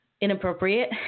Inappropriate